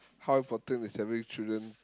how important is having children